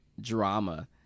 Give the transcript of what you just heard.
drama